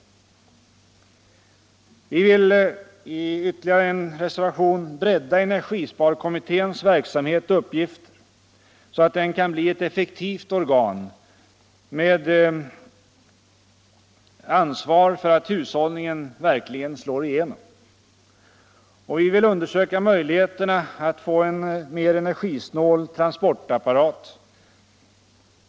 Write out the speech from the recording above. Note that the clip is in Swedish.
Vi vill i ytterligare en annan reservation bredda energisparkommitténs verksamhet och uppgifter, så att den kan bli ett effektivt organ med ansvar för att hushållningen verkligen slår igenom. Vi vill undersöka möjligheterna att få en mer energisnål transportapparat.